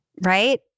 Right